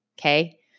okay